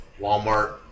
Walmart